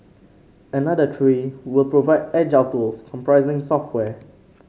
another three will provide agile tools comprising software